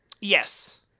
Yes